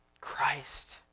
Christ